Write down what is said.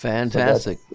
Fantastic